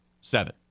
seven